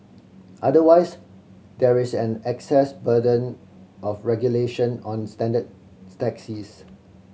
otherwise there is an access burden of regulation on standard taxis